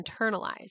internalized